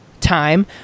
time